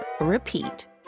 Repeat